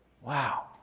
Wow